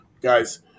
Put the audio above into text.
Guys